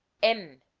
n.